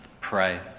pray